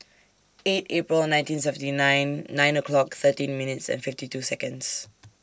eight April nineteen seventy nine nine o'clock thirteen minutes and fifty two Seconds